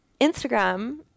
Instagram